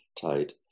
tight